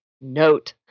Note